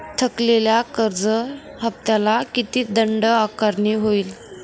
थकलेल्या कर्ज हफ्त्याला किती दंड आकारणी होईल?